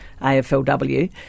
AFLW